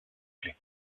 clef